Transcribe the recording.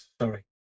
Sorry